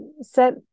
set